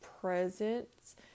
presence